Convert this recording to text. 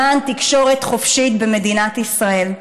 למען תקשורת חופשית במדינת ישראל.